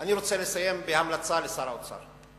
אני רוצה לסיים בהמלצה לשר האוצר.